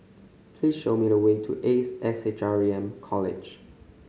please show me the way to Ace S H R M College